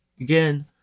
Again